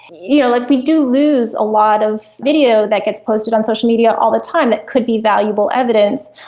you know like we do lose a lot of video that gets posted on social media all the time that could be valuable evidence.